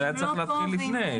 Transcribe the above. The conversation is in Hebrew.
אז היה צריך להתחיל לפני.